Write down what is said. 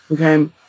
okay